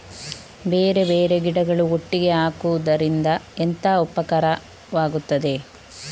ಬೇರೆ ಬೇರೆ ಗಿಡಗಳು ಒಟ್ಟಿಗೆ ಹಾಕುದರಿಂದ ಎಂತ ಉಪಕಾರವಾಗುತ್ತದೆ?